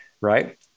right